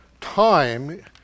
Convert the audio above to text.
time